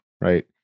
right